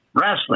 wrestling